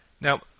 Now